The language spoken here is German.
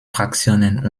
fraktionen